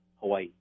Hawaii